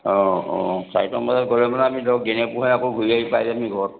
অ' অ' চাৰিটামান বজাত গ'লে মানে আমি ধৰক দিনে পোহৰে আকৌ ঘূৰি আহি পাই যাম হি ঘৰ